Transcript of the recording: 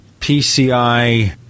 PCI